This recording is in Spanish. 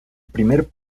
primer